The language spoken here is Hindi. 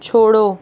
छोड़ो